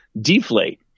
deflate